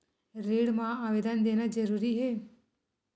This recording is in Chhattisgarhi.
ऋण मा आवेदन देना जरूरी हे?